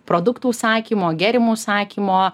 produktų užsakymo gėrimų užsakymo